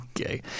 Okay